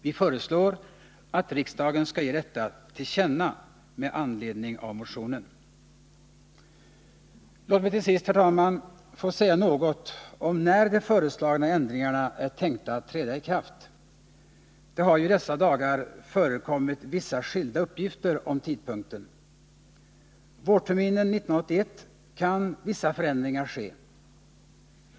Vi föreslår att riksdagen skall ge detta till känna med anledning av motionen. Låt mig till sist, herr talman, få säga något om när de föreslagna ändringarna är tänkta att träda i kraft. Det har i dessa dagar förekommit vissa skilda uppgifter om tidpunkten. Vårterminen 1981 kan vissa förändringar ske.